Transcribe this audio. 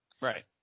right